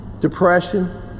Depression